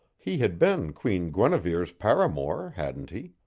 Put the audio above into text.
he had been queen guinevere's paramour, hadn't he?